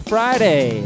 Friday